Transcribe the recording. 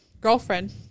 girlfriend